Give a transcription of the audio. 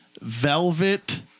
Velvet